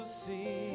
see